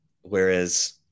whereas